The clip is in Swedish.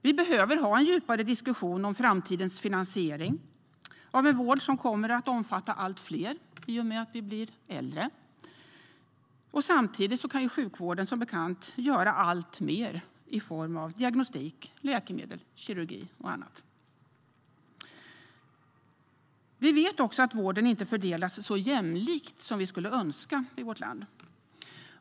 Vi behöver ha en djupare diskussion om framtidens finansiering av en vård som kommer att omfatta allt fler i och med att vi blir äldre, och samtidigt kan sjukvården som bekant göra alltmer i form av diagnostik, läkemedel, kirurgi och annat. Vi vet också att vården inte fördelas så jämlikt som vi skulle önska i vårt land.